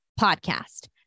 podcast